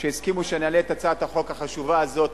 שהסכימו שנעלה את הצעת החוק החשובה הזאת,